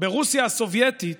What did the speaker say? ברוסיה הסובייטית,